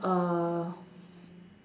uh